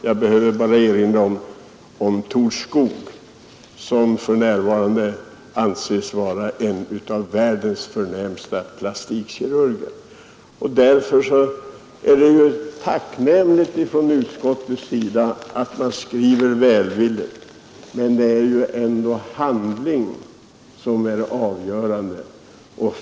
Jag behöver bara erinra om Tord Skoog, som för närvarande anses vara en av världens förnämsta plastikkirurger. Det är naturligtvis tacknämligt från utskottets sida att man skriver välvilligt, men det är ändå handlingen som är avgörande.